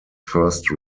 first